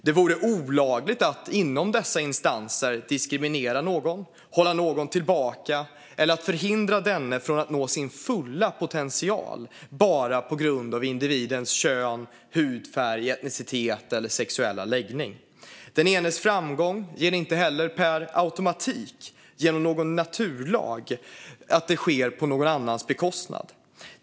Det vore olagligt att inom dessa instanser diskriminera någon, hålla någon tillbaka eller förhindra denne från att nå sin fulla potential bara på grund av individens kön, hudfärg, etnicitet eller sexuella läggning. Den enes framgång sker inte heller per automatik, genom någon naturlag, på någon annans bekostnad.